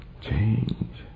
change